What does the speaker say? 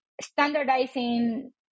standardizing